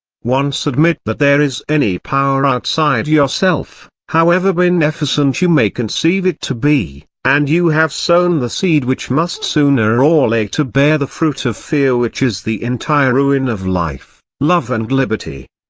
once admit that there is any power outside yourself, however beneficent you may conceive it to be, and you have sown the seed which must sooner or later bear the fruit of fear which is the entire ruin of life, love and liberty.